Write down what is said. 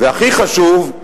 והכי חשוב,